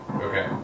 Okay